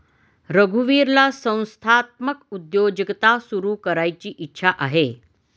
रघुवीरला संस्थात्मक उद्योजकता सुरू करायची इच्छा आहे